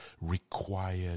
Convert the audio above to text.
required